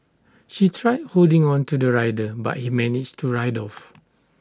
she tried holding on to the rider but he managed to ride off